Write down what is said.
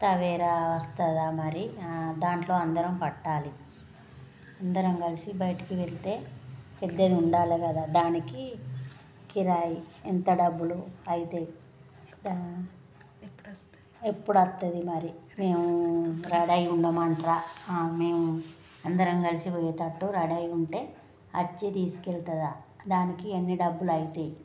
Tavera వస్తుందా మరి దాంట్లో అందరం పట్టాలి అందరం కలసి బయటికి వెళ్తే పెద్దది ఉండాలి కదా దానికి కిరాయి ఎంత డబ్బులు అవుతాయి దా ఎప్పుడు వస్తుంది మరి మేము రెడీ అయ్యి ఉండమంటారా మేము అందరం కలసి పోయేటట్టు రెడీ అయ్యి ఉంటే వచ్చి తీసుకు వెళ్తుందా దానికి ఎన్ని డబ్బులు అవుతాయి